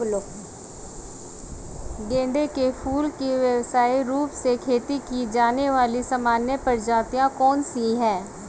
गेंदे के फूल की व्यवसायिक रूप से खेती की जाने वाली सामान्य प्रजातियां कौन सी है?